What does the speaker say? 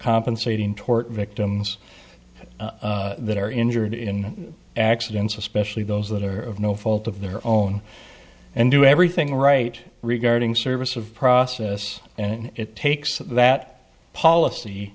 compensating tort victims that are injured in accidents especially those that are of no fault of their own and do everything right regarding service of process and it takes that policy